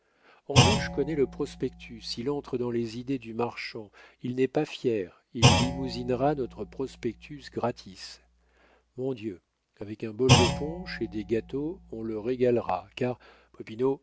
gaîté andoche connaît le prospectus il entre dans les idées du marchand il n'est pas fier il limousinera notre prospectus gratis mon dieu avec un bol de punch et des gâteaux on les régalera car